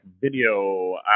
video